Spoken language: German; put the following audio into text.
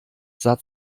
sah